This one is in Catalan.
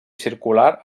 circular